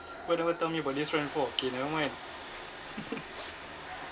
why never tell me about this friend before K never mind